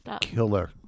Killer